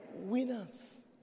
Winners